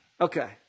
Okay